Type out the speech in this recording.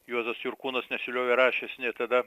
juozas jurkūnas nesiliovė rašęs ne tada